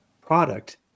product